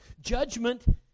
Judgment